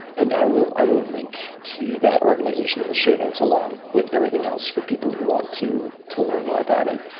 and i will i will link to you that organization in the show notes along with everything else for people who want to to learn more about it.